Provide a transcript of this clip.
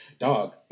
Dog